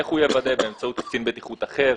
איך הוא יוודא באמצעות קצין בטיחות אחר,